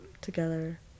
together